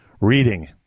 reading